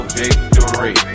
victory